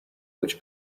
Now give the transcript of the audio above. which